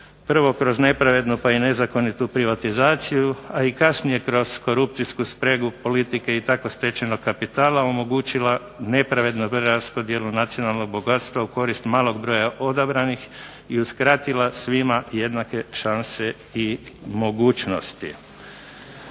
prvo kroz nepravednu pa i nezakonitu privatizaciju, a i kasnije kroz korupcijsku spregu politike i tako stečenog kapitala omogućila nepravednu preraspodjelu nacionalnog bogatstva, u korist malog broja odabranih, i uskratila svima jednake šanse i mogućnosti.